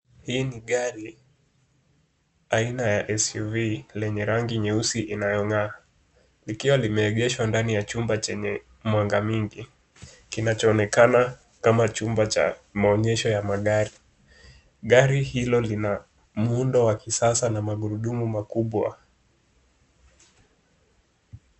Hii ni gari aina ya SUV lenye rangi nyeusi inayong'aa, likiwa limeegeshwa ndani ya chumba chenye mwanga mingi, kinachoonekana kama chumba cha maonyesho ya magari. Gari hilo lina muundo wa kisasa na magurudumu makubwa.